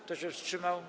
Kto się wstrzymał?